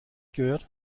gehört